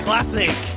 Classic